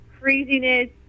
craziness